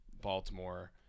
Baltimore